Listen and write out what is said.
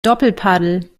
doppelpaddel